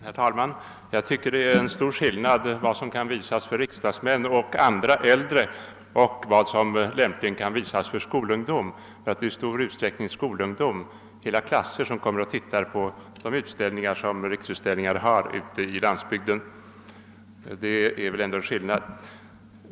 Herr talman! Jag tycker det är stor skillnad mellan vad som kan visas för riksdagsmän och andra äldre personer och vad som lämpligen kan visas för skolungdom. Och det är i stor utsträckning skolungdom — hela klasser — som kommer och ser på Riksutställningars visningar ute på landsbygden.